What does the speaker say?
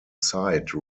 site